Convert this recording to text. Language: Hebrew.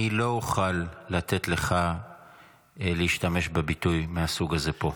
אני לא אוכל לתת לך להשתמש בביטוי מהסוג הזה פה.